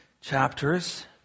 chapters